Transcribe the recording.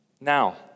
Now